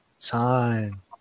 time